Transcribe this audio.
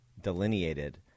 delineated